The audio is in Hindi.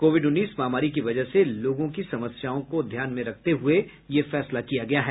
कोविड उन्नीस महामारी की वजह से लोगों की समस्याओं को ध्यान में रखते हुए यह फैसला किया गया है